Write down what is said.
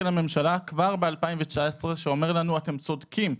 לממשלה כבר ב-2019 שאומר לנו שאנחנו צודקים,